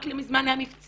רק לא מזמן היה מבצע